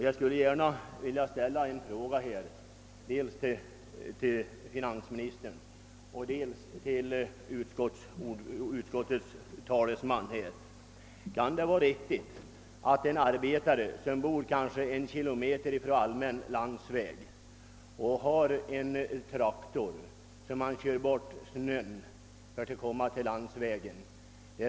Jag skulle gärna vilja ställa en fråga dels till finansministern och dels till utskottets talesman. Låt mig ta som exempel en arbetare som bor säg en kilometer från allmän landsväg. Han har en traktor som han kör bort snön med för att komma fram till landsvägen.